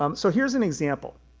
um so here's an example.